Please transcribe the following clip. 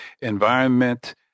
environment